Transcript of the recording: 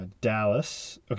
Dallas